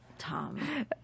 Tom